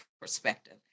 perspective